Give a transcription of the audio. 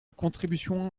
contribution